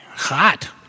hot